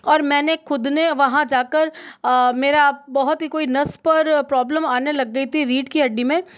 और मैंने ख़ुद ने वहाँ जा कर मेरा बहुत ही कोई नस पर प्रॉब्लम आने लग गई थी रीढ़ की हड्डी में